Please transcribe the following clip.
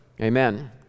amen